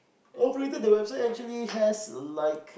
operating the website actually has like